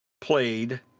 played